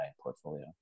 portfolio